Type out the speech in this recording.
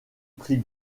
prit